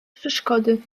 przeszkody